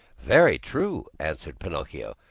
very true, answered pinocchio,